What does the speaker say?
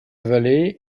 vallée